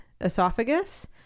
esophagus